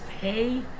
pay